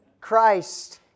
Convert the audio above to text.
Christ